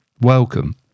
Welcome